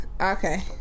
okay